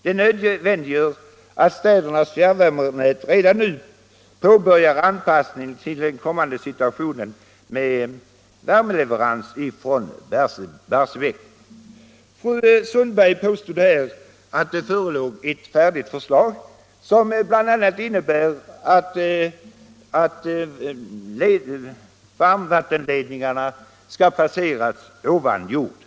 Detta nödvändiggör att städernas fjärrvärmenät redan nu påbörjar an Fru Sundberg påstod att det förelåg ett färdigt förslag som bl.a. innebär att varmvattenledningarna skall placeras ovan jord.